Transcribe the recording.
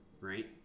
right